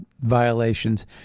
violations